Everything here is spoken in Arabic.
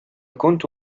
كنت